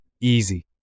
Easy